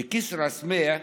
בכסרא-סמיע,